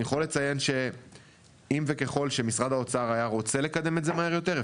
אני יכול לציין שככל שמשרד האוצר היה רוצה לקדם את זה מהר יותר,